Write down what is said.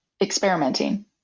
experimenting